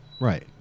Right